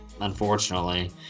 unfortunately